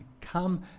come